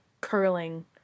curling